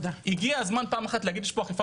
הגיע הזמן פעם אחת להגיד שיש פה אכיפה